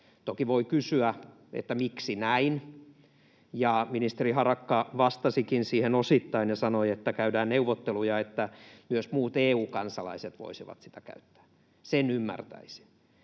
Toki voi kysyä, miksi näin, ja ministeri Harakka vastasikin siihen osittain ja sanoi, että käydään neuvotteluja, jotta myös muut EU-kansalaiset voisivat sitä käyttää — sen ymmärtäisi.